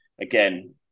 again